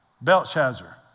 Belshazzar